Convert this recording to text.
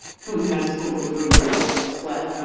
who has over forty years wow.